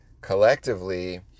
collectively